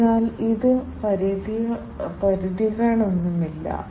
അതിനാൽ ഒരു സിസ്റ്റത്തിലെ സെൻസറുകൾ കാലിബ്രേറ്റ് ചെയ്യേണ്ടത് ആവശ്യമാണ്